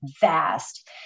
vast